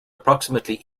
approximately